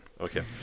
Okay